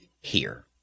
here